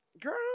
girl